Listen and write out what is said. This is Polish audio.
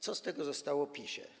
Co z tego zostało, PiS-ie?